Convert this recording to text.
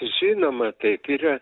žinoma taip yra